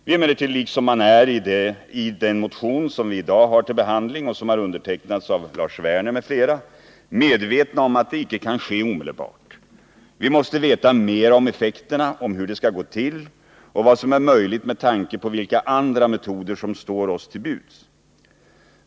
Vi är emellertid, liksom man är det i den motion som vi i dag har uppe till behandling och som har undertecknats av Lars Werner m.fl., medvetna om att detta icke kan ske omedelbart. Vi måste veta mera om effekterna, om hur det skall gå till och om vad som är möjligt med tanke på vilka andra metoder som står oss till buds.